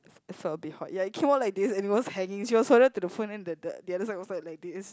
so be hot ya it came off like this and it was hanging she was holding to the phone then the the the other side was like like this